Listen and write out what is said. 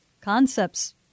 concepts